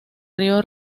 río